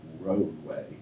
roadway